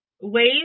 ways